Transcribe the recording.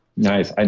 nice. and